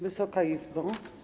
Wysoka Izbo!